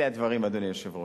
אלה הדברים, אדוני היושב-ראש.